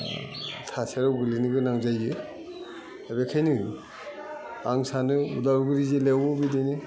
थासारियाव गोलैनो गोनां जायो दा बेखायनो आं सानो अदालगुरि जिल्लायावबो बिदिनो